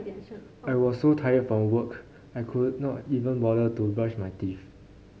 I was so tired from work I could not even bother to brush my teeth